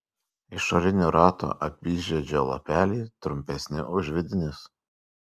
išorinio rato apyžiedžio lapeliai trumpesni už vidinius